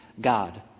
God